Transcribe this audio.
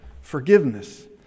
forgiveness